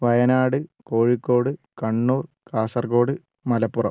Wayanad Kozhikode Kannur Kasaragod Malappuram